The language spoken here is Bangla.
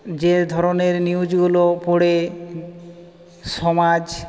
যে ধরনের নিউজগুলো পড়ে সমাজ